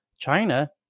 China